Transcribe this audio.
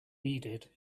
needed